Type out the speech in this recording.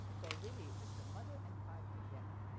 so really it's the mother and child together.